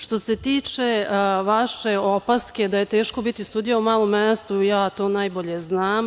Što se tiče vaše opaske da je teško biti sudija u malom mestu, ja to najbolje znam.